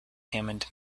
hammond